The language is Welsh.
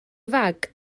fag